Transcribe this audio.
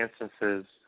instances